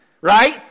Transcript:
right